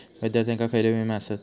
विद्यार्थ्यांका खयले विमे आसत?